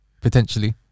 potentially